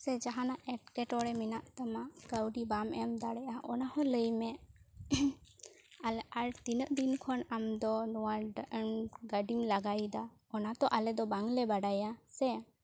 ᱥᱮ ᱡᱟᱦᱟᱸᱱᱟᱜ ᱮᱴᱠᱮᱴᱚᱬᱮ ᱢᱮᱱᱟᱜ ᱛᱟᱢᱟ ᱠᱟᱹᱣᱰᱤ ᱵᱟᱢ ᱮᱢ ᱫᱟᱲᱮᱭᱟᱜᱼᱟ ᱚᱱᱟ ᱦᱚᱸ ᱞᱟᱹᱭ ᱢᱮ ᱟᱨ ᱛᱤᱱᱟᱹᱜ ᱫᱤᱱ ᱠᱷᱚᱱ ᱟᱢ ᱫᱚ ᱱᱚᱣᱟ ᱰᱟ ᱜᱟᱰᱤᱢ ᱞᱟᱜᱟᱭᱫᱟ ᱚᱱᱟ ᱛᱚ ᱟᱞᱮ ᱫᱚ ᱵᱟᱝ ᱞᱮ ᱵᱟᱰᱟᱭᱟ ᱥᱮ